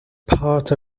part